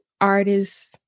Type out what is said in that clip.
artists